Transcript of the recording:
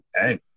hey